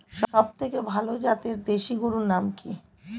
সবথেকে ভালো জাতের দেশি গরুর নাম কি?